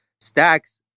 Stacks